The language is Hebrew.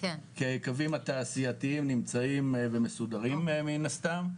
כי היקבים התעשייתיים נמצאים ומסודרים מן הסתם.